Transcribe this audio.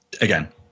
Again